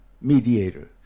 mediator